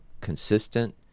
consistent